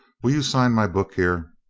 will you sign my book here?